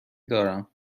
دارم